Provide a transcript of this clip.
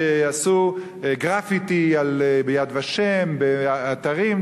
שעשו גרפיטי ב"יד ושם" ובאתרים,